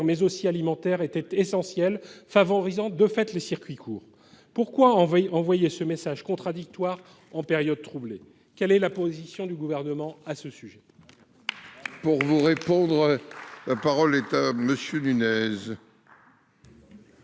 qu'alimentaire était essentielle, favorisant de fait les circuits courts. Pourquoi envoyer ce message contradictoire en cette période troublée ? Quelle est la position du Gouvernement à ce sujet ?